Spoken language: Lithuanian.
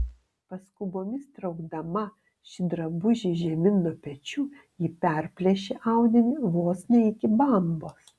paskubomis traukdama šį drabužį žemyn nuo pečių ji perplėšė audinį vos ne iki bambos